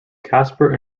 casper